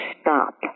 stop